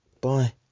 bye